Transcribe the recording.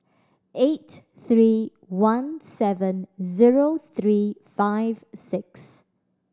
eight three one seven zero three five six